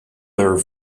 there